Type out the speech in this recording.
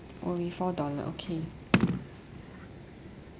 only four dollar okay